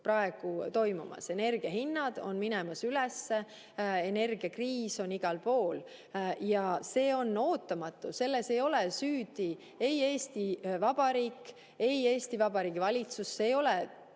Euroopa Liitu. Energiahinnad on minemas üles. Energiakriis on igal pool. See on ootamatu, aga selles pole süüdi ei Eesti Vabariik ega Eesti Vabariigi valitsus. See ei ole